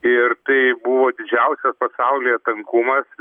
ir tai buvo didžiausias pasaulyje tankumas